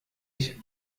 ich